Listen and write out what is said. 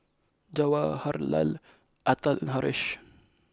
Jawaharlal Atal and Haresh